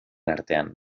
artean